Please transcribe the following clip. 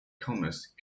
commerce